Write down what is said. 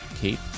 keep